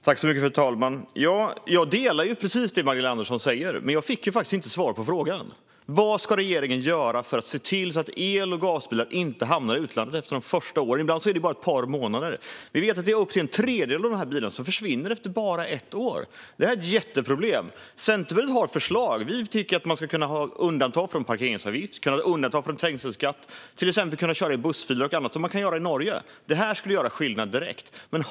Fru talman! Jag håller med Magdalena Andersson om det hon säger, men jag fick faktiskt inte svar på frågan. Vad ska regeringen göra för att se till att el och gasbilar inte hamnar i utlandet efter de första åren? Ibland handlar det om bara ett par månader. Vi vet att upp till en tredjedel av dessa bilar försvinner efter bara ett år. Detta är ett jätteproblem. Centerpartiet har ett förslag. Vi tycker att man ska kunna ha undantag från parkeringsavgift och trängselskatt. Man skulle också till exempel kunna köra i bussfiler och annat, så som man kan göra i Norge. Detta skulle göra skillnad direkt.